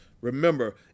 Remember